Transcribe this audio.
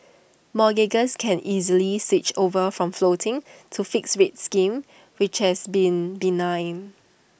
mortgagors can easily switch over from floating to fixed rate schemes which have been benign